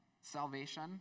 salvation